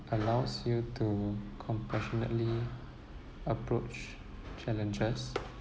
allows you to compassionately approach challenges